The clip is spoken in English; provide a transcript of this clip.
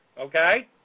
okay